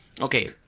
Okay